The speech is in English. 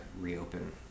reopen